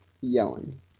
yelling